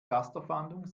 rasterfahndung